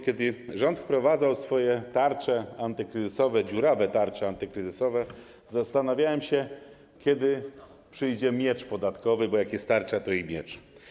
Kiedy rząd wprowadzał swoje tarcze antykryzysowe, dziurawe tarcze antykryzysowe, zastanawiałem się, kiedy przyjdzie miecz podatkowy, bo jak jest tarcza, to i miecz.